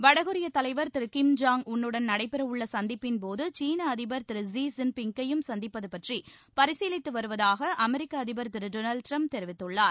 வடகொரிய தலைவர் திரு கிம் ஜாங் உன் னுடன் நடைபெறவுள்ள சந்திப்பின்போது சீன அதிபர் திரு லீ ஜின் பிங் கையும் சந்திப்பது பற்றி பரிசீலித்து வருவதாக அமெரிக்க அதிபர் திரு டொனாவ்டு டிரம்ப் தெரிவித்துள்ளார்